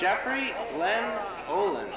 jeffrey oh tha